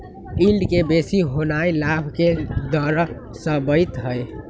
yield के बेशी होनाइ लाभ के दरश्बइत हइ